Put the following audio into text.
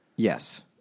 Yes